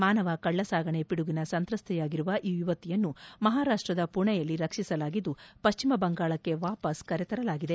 ಮಾನವ ಕಳ್ಳಸಾಗಣೆ ಪಿಡುಗಿನ ಸಂತ್ರಸ್ತೆಯಾಗಿರುವ ಈ ಯುವತಿಯನ್ನು ಮಪಾರಾಷ್ಟದ ಪುಣೆಯಲ್ಲಿ ರಕ್ಷಿಸಲಾಗಿದ್ದು ಪಶ್ಚಿಮ ಬಂಗಾಳಕ್ಕೆ ವಾವಸ್ ಕರೆತರಲಾಗಿದೆ